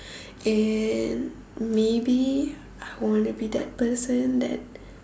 and maybe I want to be that person that